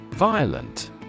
Violent